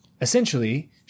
Essentially